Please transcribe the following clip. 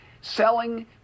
selling